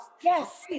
Yes